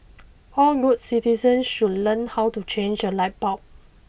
all good citizens should learn how to change a light bulb